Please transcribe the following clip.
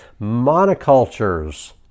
monocultures